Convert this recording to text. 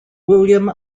william